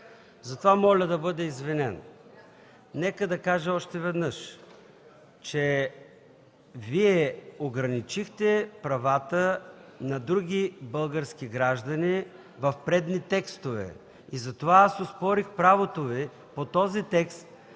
Затова моля да бъда извинен. Нека да кажа още веднъж, че Вие ограничихте правата на други български граждани в предни текстове и затова аз оспорих правото Ви по този текст